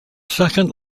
second